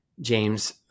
James